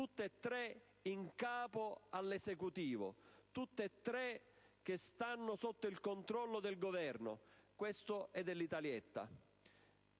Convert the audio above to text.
tutti e tre in capo all'Esecutivo, tutti e tre sotto il controllo del Governo. Questo è Italietta!